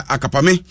Akapame